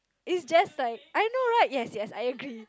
is just like I know right yes yes I agree